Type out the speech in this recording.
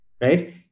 right